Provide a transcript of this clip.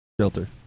shelter